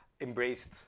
embraced